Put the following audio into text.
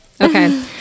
okay